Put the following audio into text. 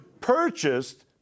purchased